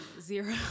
Zero